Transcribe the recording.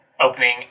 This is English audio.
Opening